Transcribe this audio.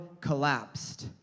collapsed